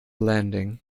landing